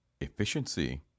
efficiency